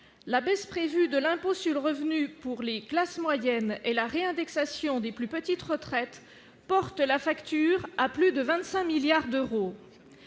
la baisse prévue de l'impôt sur le revenu pour les classes moyennes et la réindexation des plus petites retraites porte la facture à plus de 25 milliards d'euros,